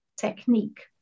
technique